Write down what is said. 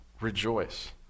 rejoice